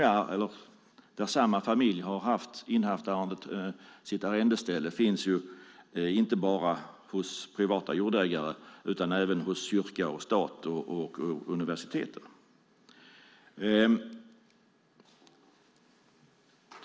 Att samma familj har innehaft sitt arrendeställe förekommer inte bara hos privata jordägare utan även hos kyrkan, staten och universiteten.